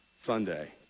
Sunday